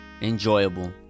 Enjoyable